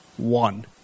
One